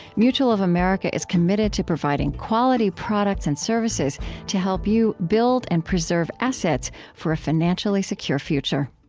mutual of america is committed to providing quality products and services to help you build and preserve assets for a financially secure future